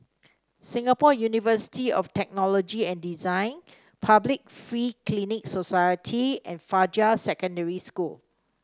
Singapore University of Technology and Design Public Free Clinic Society and Fajar Secondary School